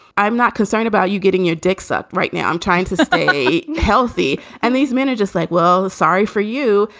i'm not concerned about you getting your dicks up. right now, i'm trying to stay healthy. and these men are just like, well, sorry for you.